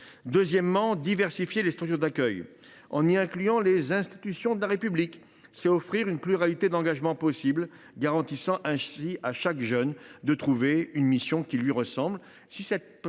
Deuxièmement, diversifier les structures d’accueil en y incluant les institutions de la République, c’est offrir une pluralité d’engagements possibles, garantissant ainsi à chaque jeune de trouver une mission qui lui ressemble.